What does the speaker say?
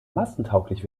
massentauglich